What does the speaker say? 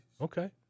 Okay